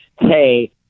Hey